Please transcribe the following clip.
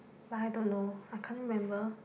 but I don't know I can't remember